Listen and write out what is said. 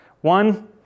One